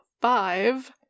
five